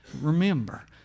Remember